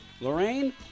Lorraine